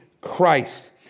Christ